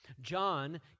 John